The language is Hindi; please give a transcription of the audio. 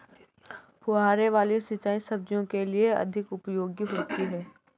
फुहारे वाली सिंचाई सब्जियों के लिए अधिक उपयोगी होती है?